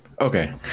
Okay